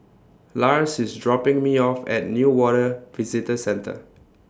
Lars IS dropping Me off At Newater Visitor Centre